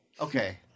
okay